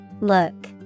look